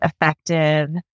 effective